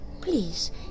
please